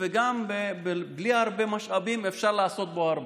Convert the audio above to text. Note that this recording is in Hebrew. וגם בלי הרבה משאבים אפשר לעשות בו הרבה.